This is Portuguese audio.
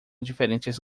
diferentes